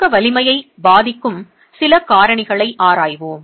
சுருக்க வலிமையை பாதிக்கும் சில காரணிகளை ஆராய்வோம்